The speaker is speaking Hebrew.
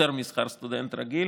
יותר משכר סטודנט רגיל,